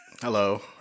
Hello